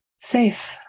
safe